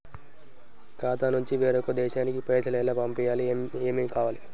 ఖాతా నుంచి వేరొక దేశానికి పైసలు ఎలా పంపియ్యాలి? ఏమేం కావాలి?